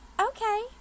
Okay